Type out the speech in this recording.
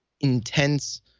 intense